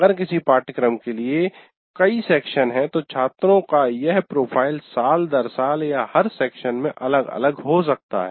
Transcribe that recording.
अगर किसी पाठ्यक्रम के लिए कई सेक्शन हैं तो छात्रों का यह प्रोफाइल साल दर साल या हर सेक्शन में अलग अलग हो सकता है